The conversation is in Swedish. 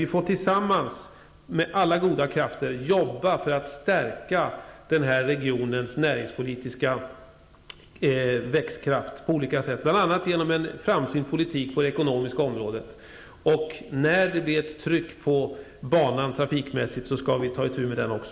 Vi får tillsammans, med alla goda krafter, jobba för att stärka den här regionens näringspolitiska växtkraft, bl.a. genom en framsynt politik på det ekonomiska området, och när det blir ett tryck på banan trafikmässigt skall vi ta itu med den också.